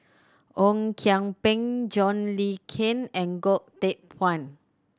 Ong Kian Peng John Le Cain and Goh Teck Phuan